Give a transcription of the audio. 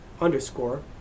underscore